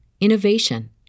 innovation